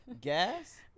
gas